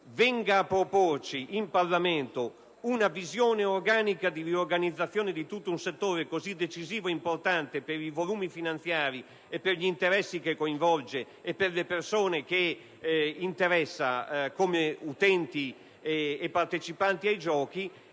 venga a proporre in Parlamento sul tema dei giochi una visione organica di riorganizzazione di questo settore così decisivo e importante per i suoi volumi finanziari, per gli interessi che coinvolge e per le persone che interessa come utenti e partecipanti ai giochi,